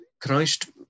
Christ